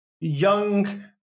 young